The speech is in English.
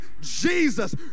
Jesus